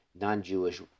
non-Jewish